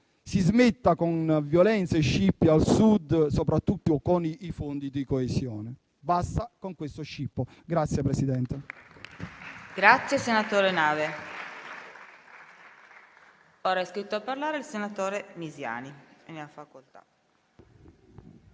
si smetta con violenze e scippi al Sud, soprattutto con i fondi di coesione. Basta con questo scippo!